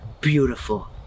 beautiful